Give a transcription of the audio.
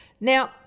Now